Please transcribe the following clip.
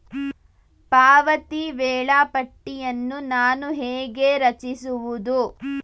ಪಾವತಿ ವೇಳಾಪಟ್ಟಿಯನ್ನು ನಾನು ಹೇಗೆ ರಚಿಸುವುದು?